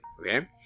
Okay